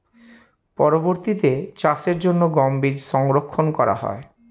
পরবর্তিতে চাষের জন্য গম বীজ সংরক্ষন করা হয়?